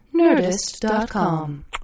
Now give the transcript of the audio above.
Nerdist.com